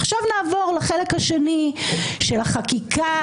עכשיו נעבור לחלק השני של החקיקה,